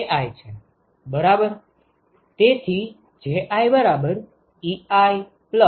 તેથી JiEiiGi અને GiiiGi છે